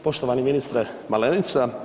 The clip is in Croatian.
Poštovani ministre Malenica.